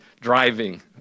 driving